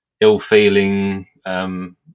ill-feeling